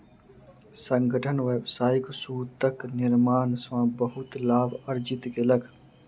संगठन व्यावसायिक सूतक निर्माण सॅ बहुत लाभ अर्जित केलक